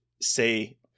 say